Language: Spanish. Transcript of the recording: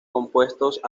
compuestos